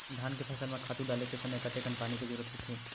धान के फसल म खातु डाले के समय कतेकन पानी के जरूरत होथे?